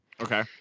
Okay